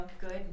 good